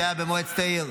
שהיה במועצת העיר,